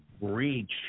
reach